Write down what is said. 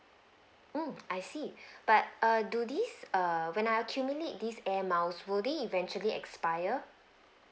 mm I see but err do this err when I accumulate this air miles will they eventually expire